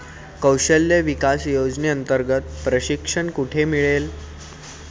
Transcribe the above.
कौशल्य विकास योजनेअंतर्गत प्रशिक्षण कुठे मिळेल?